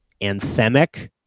anthemic